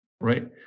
right